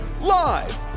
Live